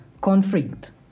conflict